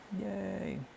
Yay